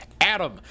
Adam